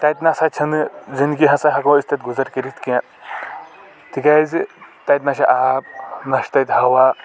تَتہِ نَسا چھَنہٕ زِنٛدگی ہسا ہٮ۪کو أسۍ تتہِ گُذر کٔرِتھ کیٚنٛہہ تِکیٛازِ تَتہِ نہَ چھِ آب نہَ چھ تَتہِ ہوا